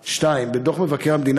2. בדוח מבקר המדינה,